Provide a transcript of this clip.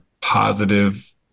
positive